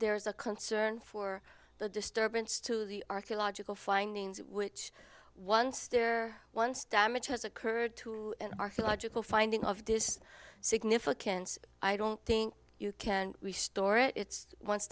there is a concern for the disturbance to the archaeological findings which once there once damage has occurred to the logical finding of this significance i don't think you can restore it it's once